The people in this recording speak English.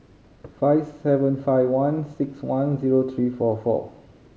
five seven five one six one zero three four four